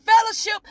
fellowship